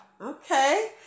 Okay